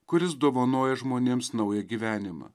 kuris dovanoja žmonėms naują gyvenimą